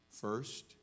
first